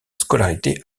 scolarité